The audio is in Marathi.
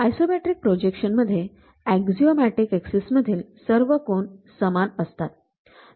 आयसोमेट्रिक प्रोजेक्शनमध्ये अक्सिओमॅटिक ऍक्सिस मधील सर्व कोन समान असतात